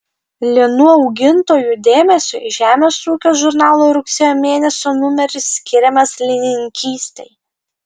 linų augintojų dėmesiui žemės ūkio žurnalo rugsėjo mėnesio numeris skiriamas linininkystei